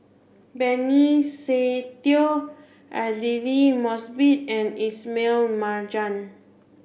Benny Se Teo Aidli Mosbit and Ismail Marjan